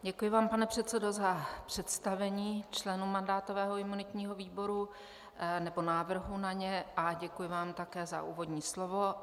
Děkuji vám, pane předsedo, za představení členů mandátového a imunitního výboru nebo návrhu na ně, a děkuji vám také za úvodní slovo.